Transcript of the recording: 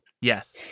Yes